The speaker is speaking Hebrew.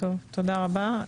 טוב, תודה רבה.